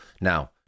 Now